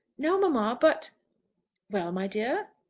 no, mamma. but well, my dear.